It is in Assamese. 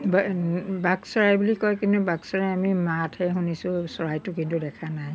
বাক চৰাই বুলি কয় কিন্তু বাক চৰাই আমি মাতহে শুনিছোঁ চৰাইটো কিন্তু দেখা নাই